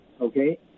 okay